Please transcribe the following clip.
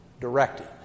directed